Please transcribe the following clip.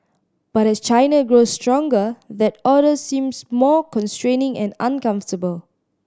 but as China grows stronger that order seems more constraining and uncomfortable